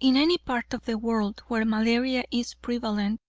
in any part of the world where malaria is prevalent